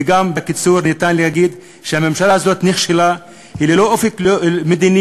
וגם בקיצור אפשר להגיד שהממשלה הזאת נכשלה: היא ללא אופק מדיני,